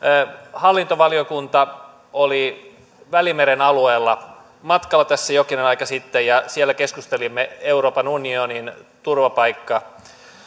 hallintovaliokunta oli välimeren alueella matkalla tässä jokin aika sitten ja siellä keskustelimme euroopan unionin